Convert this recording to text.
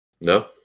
No